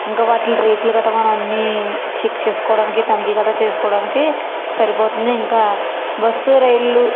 ఇంకా వాటి రేట్లు కట్టా మనం అన్నీ చెక్ చేసుకోవడానికి తనిఖీ కట్టా చేసుకోవడానికి సరిపోతుంది ఇంకా బస్సు రైళ్లు